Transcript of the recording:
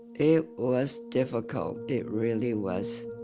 it was difficult. it really was.